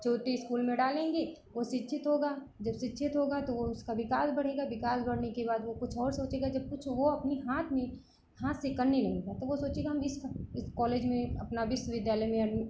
छोटे इस्कूल में डालेंगे वह शिक्षित होगा जब शिक्षित होगा तो वह उसका विकास बढ़ेगा विकास बढ़ने के बाद वह कुछ और सोचेगा जब कुछ वह अपने हाथ में हाथ से करने नहीं पाए तो वह सोचेगा हम इस हं इस कॉलेज में अपना विश्वविद्यालय में